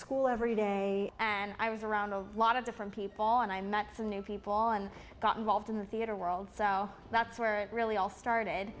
school every day and i was around a lot of different people and i met some new people and got involved in the theatre world so that's where it really all started